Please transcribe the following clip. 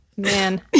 Man